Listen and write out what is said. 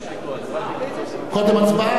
קודם הצבעה?